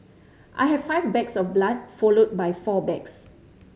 I had five bags of blood followed by four bags